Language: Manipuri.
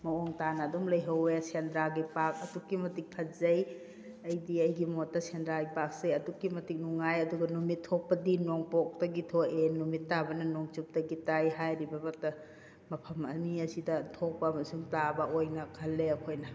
ꯃꯑꯣꯡ ꯇꯥꯅ ꯑꯗꯨꯝ ꯂꯩꯍꯧꯋꯦ ꯁꯦꯟꯗ꯭ꯔꯥꯒꯤ ꯄꯥꯛ ꯑꯗꯨꯛꯀꯤ ꯃꯇꯤꯛ ꯐꯖꯩ ꯑꯩꯗꯤ ꯑꯩꯒꯤ ꯃꯣꯠꯇ ꯁꯦꯟꯗ꯭ꯔꯥꯒꯤ ꯄꯥꯛꯁꯦ ꯑꯗꯨꯛꯀꯤ ꯃꯇꯤꯛ ꯅꯨꯡꯉꯥꯏ ꯑꯗꯨꯒꯤ ꯅꯨꯃꯤꯠ ꯊꯣꯛꯄꯗꯤ ꯅꯣꯡꯄꯣꯛꯇꯒꯤ ꯊꯣꯛꯑꯦ ꯅꯨꯃꯤꯠ ꯇꯥꯕꯅ ꯅꯣꯡꯆꯨꯞꯇꯒꯤ ꯇꯥꯏ ꯍꯥꯏꯔꯤꯕ ꯃꯐꯝ ꯑꯅꯤ ꯑꯁꯤꯗ ꯊꯣꯛꯄ ꯑꯃꯁꯨꯡ ꯇꯥꯕ ꯑꯣꯏꯅ ꯈꯜꯂꯦ ꯑꯩꯈꯣꯏꯅ